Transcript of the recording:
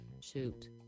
shoot